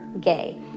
gay